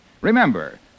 Remember